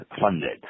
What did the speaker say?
funded